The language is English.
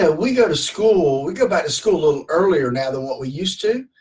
and we go to school we go back to school a little earlier now than what we used to,